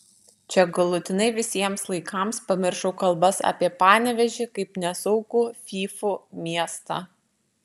čia galutinai visiems laikams pamiršau kalbas apie panevėžį kaip nesaugų fyfų miestą